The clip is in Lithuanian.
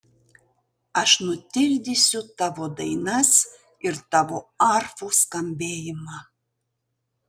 aš nutildysiu tavo dainas ir tavo arfų skambėjimą